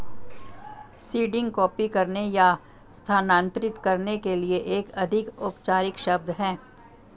seeding copy करने या स्थानांतरित करने के लिए एक अधिक औपचारिक शब्द है